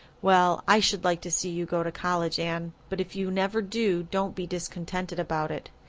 well, i should like to see you go to college, anne but if you never do, don't be discontented about it.